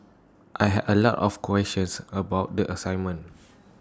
I had A lot of questions about the assignment